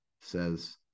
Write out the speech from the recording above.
says